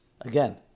again